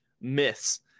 myths